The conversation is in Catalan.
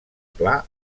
pla